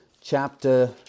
chapter